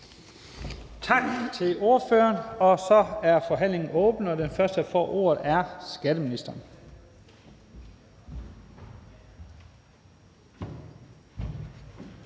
Tak til ordføreren. Så er forhandlingen åbnet, og den første, der får ordet, er skatteministeren.